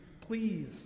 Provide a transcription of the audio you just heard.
Please